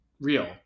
real